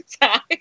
time